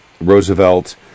Roosevelt